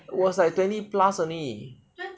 it was like twenty plus only